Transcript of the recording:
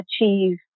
achieve